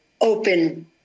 open